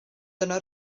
dyna